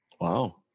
wow